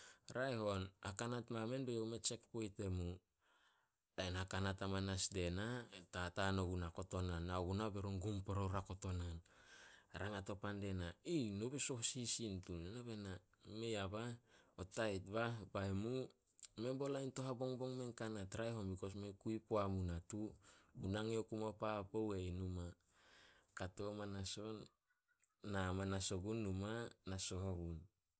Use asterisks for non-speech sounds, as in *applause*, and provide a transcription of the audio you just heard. Raeh on hakanat mamen be youh me tsek poit emu. Lain hakanat amanas die na, tataan ogunah kotonan. Nao gunah be run gum pore oria kotonan. *noise* *unintelligible* "No be soh sisin tun o nah." Be na, "Mei a bah, o tait bah. 'Bai mu?'" Men bao lain tin habongbong mein kanat." "Raeh on, bekos mei kui puamu natu. Mu nange oku muao papou ih numa." Kato amanas, *noise* na manas ogun numa na soh ogun.